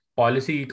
policy